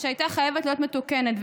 שהייתה חייבת להיות מתוקנת.